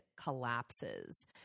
collapses